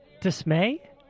dismay